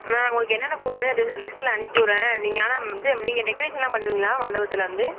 நான் உங்களுக்கு என்னான்ன பூ வேணும்ன்னு லி லிஸ்டில் அனுப்பிவிட்றேன் நீங்கள் ஆனால் இது நீங்கள் டெக்ரேஷன் எல்லாம் பண்ணுவீங்களா மண்டபத்தில் வந்து